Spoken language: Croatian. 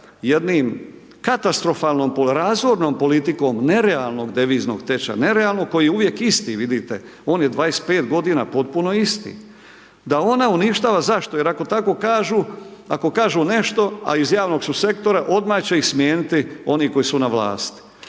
jednim katastrofalnom razornom politikom nerealnom deviznog tečaja nerealnog koji je uvijek isti, vidite on je 25 godina potpuno isti, da ona uništava. Zašto? Jer ako tako kažu, ako kažu nešto a iz javnog su sektora odmah će ih smijeniti oni koji su na vlasti.